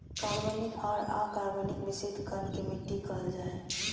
कार्बनिक आर अकार्बनिक मिश्रित कण के मिट्टी कहल जा हई